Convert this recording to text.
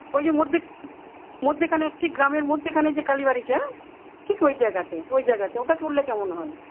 ওই যে মাঝখানে একটি গ্রামের মাঝখানে যে কালীবাড়িটা ঠিক ওই জায়গাতে ওই জায়গাতে ওটা করলে কেমন হয়